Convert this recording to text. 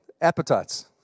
appetites